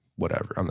whatever. um